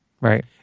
Right